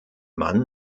mann